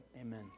Amen